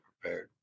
prepared